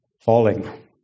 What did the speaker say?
falling